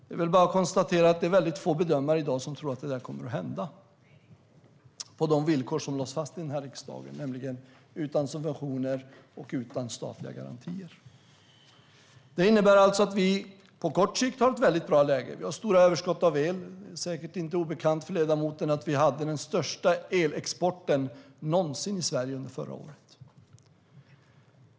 Det är väl bara att konstatera att väldigt få bedömare i dag tror att detta kommer att ske på de villkor som lades fast i riksdagen, alltså utan subventioner och utan statliga garantier. Det innebär alltså att vi på kort sikt har ett väldigt bra läge. Vi har stora överskott av el. Det är säkert inte obekant för ledamoten att vi hade den största elexporten någonsin i Sverige under förra året.